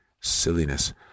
Silliness